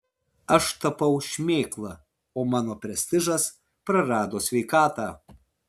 aš tapau šmėkla o mano prestižas prarado sveikatą